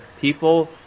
people